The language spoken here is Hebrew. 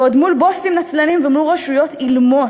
ועוד מול בוסים נצלנים ומול רשויות אילמות.